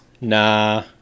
Nah